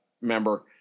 member